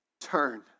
turn